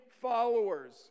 followers